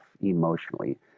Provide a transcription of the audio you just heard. emotionally